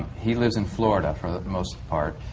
he lives in florida, for the most part,